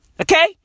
Okay